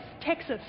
texas